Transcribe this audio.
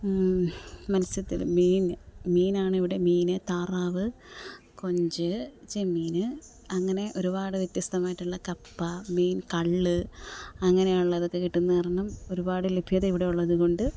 മത്സ്യത്തിൽ മീൻ മീനാണിവിടെ മീൻ താറാവ് കൊഞ്ച് ചെമ്മീൻ അങ്ങനെ ഒരുപാട് വ്യത്യസ്തമായിട്ടുള്ള കപ്പ മീൻ കള്ള് അങ്ങനെയുള്ളതൊക്കെ കിട്ടുന്ന കാരണം ഒരുപാട് ലഭ്യത ഇവിടെ ഉള്ളത് കൊണ്ട്